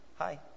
Hi